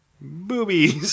Boobies